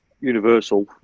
Universal